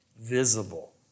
visible